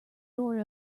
door